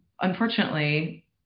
Unfortunately